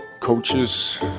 coaches